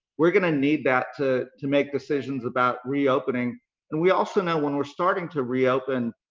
we're going to need that to to make decisions about reopening and we also know when we're starting to reopen,